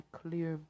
clear